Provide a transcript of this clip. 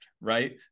right